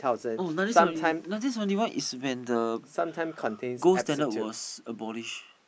oh nineteen seventy one nineteen seventy one is when the gold standard was abolished